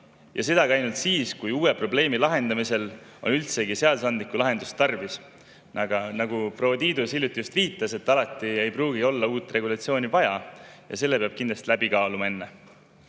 ja sedagi ainult siis, kui uue probleemi lahendamisel on üldse seadusandlikku lahendust tarvis. Nagu proua Tiidus just viitas, alati ei pruugi olla uut regulatsiooni vaja, selle peab kindlasti enne